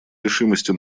решимости